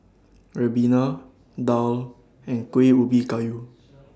Ribena Daal and Kuih Ubi Kayu